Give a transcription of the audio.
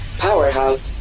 Powerhouse